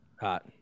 hot